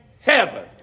heaven